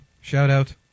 shout-out